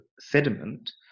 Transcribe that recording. sediment